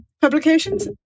publications